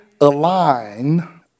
align